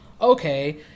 okay